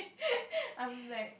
I'm like